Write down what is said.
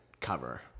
cover